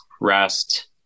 rest